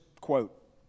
quote